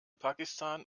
pakistan